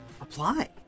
Apply